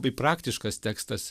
bei praktiškas tekstas